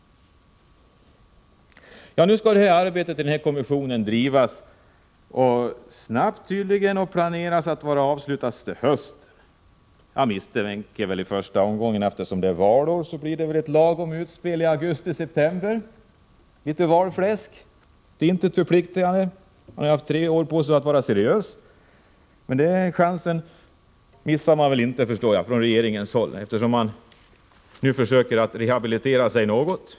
Arbetet i kommissionen skall tydligen drivas snabbt och planeras att vara avslutat till hösten. Jag misstänker hur det blir i första omgången. Eftersom det är valår, blir det väl ett lagom utspel i augusti-september, litet av valfläsk. Ni har ju haft tre år på er att vara seriösa. Men den här chansen missar man väl inte från regeringshåll, förstår jag, eftersom man nu försöker att rehabilitera sig något.